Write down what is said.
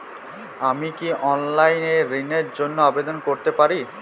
আমি কি অনলাইন এ ঋণ র জন্য আবেদন করতে পারি?